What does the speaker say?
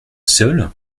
seul